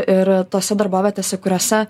ir tose darbovietėse kuriose